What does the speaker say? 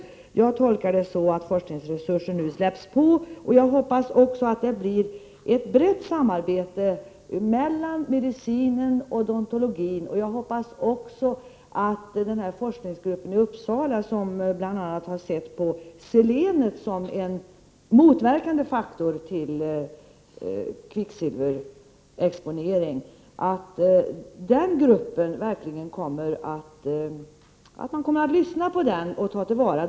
Jag tolkar socialministerns uttalande här på det sättet att forskningsresurser nu ställs till förfogande. Jag hoppas också på ett brett samarbete mellan medicinen och odontologin. Jag hoppas också att man kommer att lyssna på de forskningsgrupper i Uppsala som har studerat selenets eventuella motverkande effekt på kvicksilverexponering, och att gruppens resultat tas till vara.